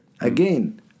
again